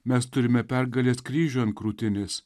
mes turime pergalės kryžių ant krūtinės